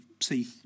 see